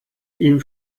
ihm